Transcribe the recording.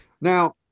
Now